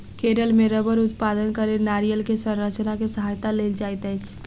केरल मे रबड़ उत्पादनक लेल नारियल के संरचना के सहायता लेल जाइत अछि